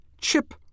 CHIP